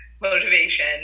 motivation